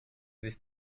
sich